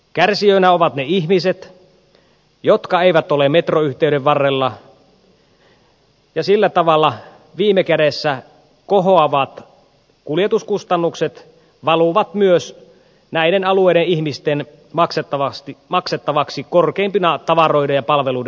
kärsijöinä ovat ne ihmiset jotka eivät ole metroyhteyden varrella ja sillä tavalla viime kädessä kohoavat kuljetuskustannukset valuvat myös näiden alueiden ihmisten maksettavaksi korkeimpina tavaroiden ja palveluiden hintoina